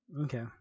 okay